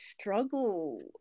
struggle